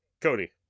Cody